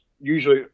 usually